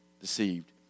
deceived